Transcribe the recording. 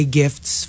gifts